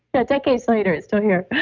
but decades later, it's still here.